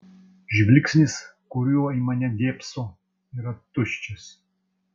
žvilgsnis kuriuo į mane dėbso yra tuščias